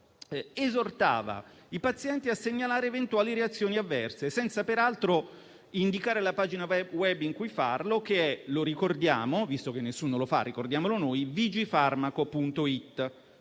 esortava i pazienti a segnalare eventuali reazioni avverse, senza peraltro indicare la pagina *web* in cui farlo, che - lo ricordiamo, visto che nessuno lo fa - è www.vigifarmaco.it*.*